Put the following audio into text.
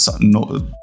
no